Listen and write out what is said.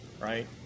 right